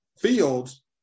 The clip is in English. fields